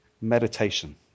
meditation